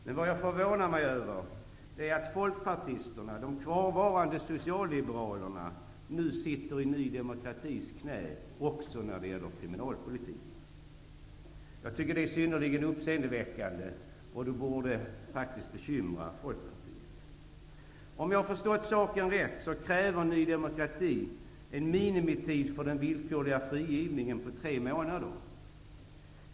Det som förvånar mig är att folkpartisterna, de kvarvarande socialliberalerna, nu sitter i Ny demokratis knä också när det gäller kriminalpolitiken. Det är synnerligen uppseendeväckande. Det borde bekymra Om jag har förstått saken rätt kräver Ny demokrati en minimitid för den villkorliga frigivningen på tre månader.